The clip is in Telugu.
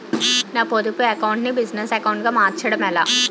నా పొదుపు అకౌంట్ నీ బిజినెస్ అకౌంట్ గా మార్చడం ఎలా?